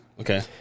Okay